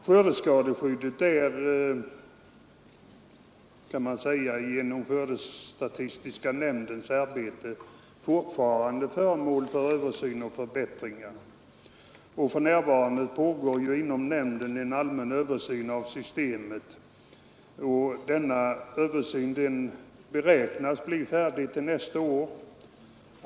Skördeskadeskyddet är genom skördestatistiska nämndens arbete fortlöpande föremål för översyn och förbättringar. För närvarande pågår ju inom nämnden en allmän översyn av systemet, och denna översyn beräknas bli färdig till nästa år.